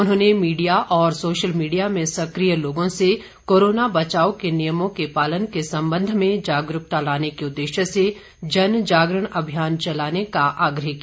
उन्होंने मीडिया और social media में सकिय लोगों से कोरोना बचाव के नियमों के पालन के संबंध में जागरूकता लाने के उद्देश्य से जन जागरण अभियान चलाने का आग्रह किया